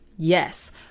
Yes